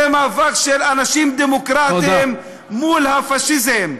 זה מאבק של אנשים דמוקרטים מול הפאשיזם.